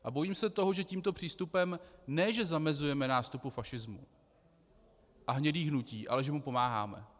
A bojím se toho, že tímto přístupem ne že zamezujeme nástupu fašismu a hnědých hnutí, ale že mu pomáháme.